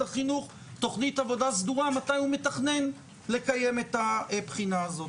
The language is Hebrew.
החינוך תוכנית עבודה סדורה מתי הוא מתכנן לקיים את הבחינה הזאת.